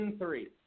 three